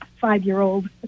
five-year-old